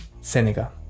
Seneca